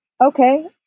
okay